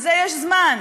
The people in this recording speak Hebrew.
לזה יש זמן,